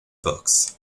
books